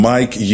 Mike